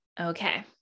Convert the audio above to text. Okay